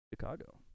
Chicago